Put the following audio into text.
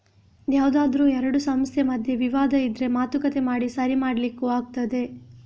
ಯಾವ್ದಾದ್ರೂ ಎರಡು ಸಂಸ್ಥೆ ಮಧ್ಯೆ ವಿವಾದ ಇದ್ರೆ ಮಾತುಕತೆ ಮಾಡಿ ಸರಿ ಮಾಡ್ಲಿಕ್ಕೂ ಆಗ್ತದೆ